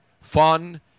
Fun